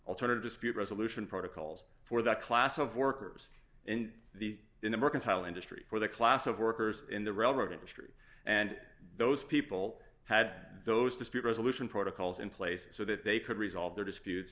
alternative dispute resolution protocols for that class of workers in the in the mercantile industry for the class of workers in the railroad industry and those people had those dispute resolution protocols in place so that they could resolve their disputes